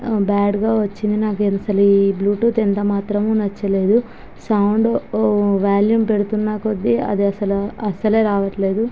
బ్యాడ్గా వచ్చింది నాకస్సలు ఈ బ్లూటూత్ ఎంతమాత్రమూ నచ్చలేదు సౌండ్ వాల్యూమ్ పెడుతున్న కొద్ది అది అస్సలు అస్సలే రావట్లేదు